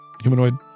humanoid